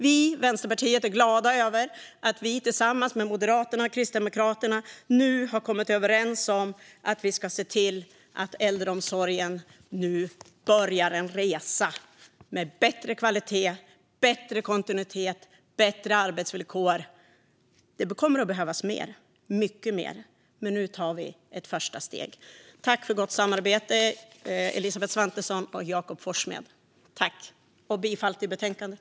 Vi i Vänsterpartiet är glada över att vi tillsammans med Moderaterna och Kristdemokraterna nu har kommit överens om att se till att äldreomsorgen börjar en resa mot bättre kvalitet, bättre kontinuitet och bättre arbetsvillkor. Det kommer att behövas mycket mer, men nu tar vi ett första steg. Tack för gott samarbete, Elisabeth Svantesson och Jakob Forssmed! Jag yrkar bifall till förslaget i betänkandet.